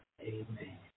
Amen